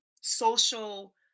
social